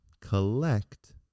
collect